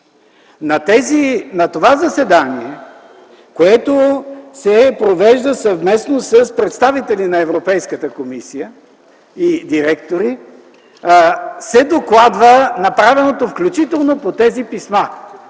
На това заседание, което се провежда съвместно с представители на Европейската комисия и директори, се докладва направеното, включително по тези писма,